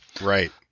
Right